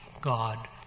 God